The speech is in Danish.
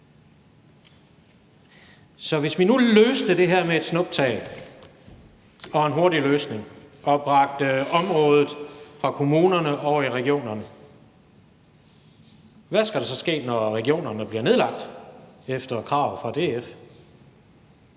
Så hvis vi nu løste det her med et snuptag, med en hurtig løsning, og bragte området fra kommunerne og over i regionerne, hvad skal der så ske, når regionerne bliver nedlagt efter krav fra DF?